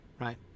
right